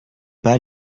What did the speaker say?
pas